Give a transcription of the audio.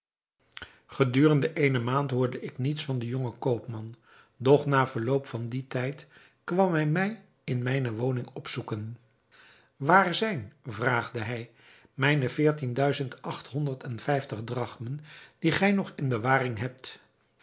gedurende eene maand hoorde ik niets van den jongen koopman doch na verloop van dien tijd kwam hij mij in mijne woning opzoeken waar zijn vraagde hij mijne veertien duizend acht honderd en vijftig drachmen die gij nog in bewaring hebt